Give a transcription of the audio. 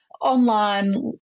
online